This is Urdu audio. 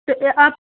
تو یہ آپ